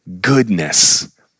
goodness